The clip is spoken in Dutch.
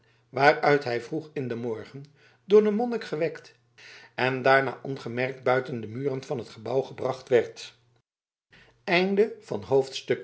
waaruit hij vroeg in den morgen door den monnik gewekt en daarna ongemerkt buiten de muren van het gebouw gebracht werd dertiende hoofdstuk